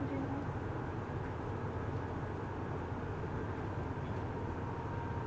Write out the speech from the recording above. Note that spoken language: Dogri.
जेल्लै